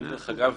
דרך אגב,